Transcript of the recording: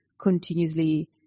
continuously